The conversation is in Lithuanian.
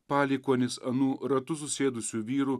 palikuonys anų ratu susėdusių vyrų